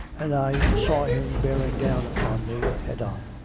and i saw him bearing down upon me, head on.